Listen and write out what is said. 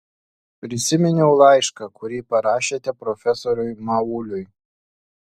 prisiminiau laišką kurį parašėte profesoriui mauliui